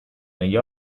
negli